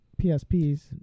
psps